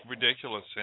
ridiculous